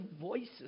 voices